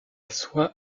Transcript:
soie